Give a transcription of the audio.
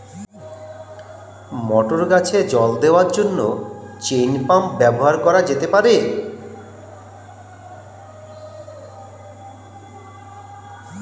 মটর গাছে জল দেওয়ার জন্য চেইন পাম্প ব্যবহার করা যেতে পার?